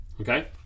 okay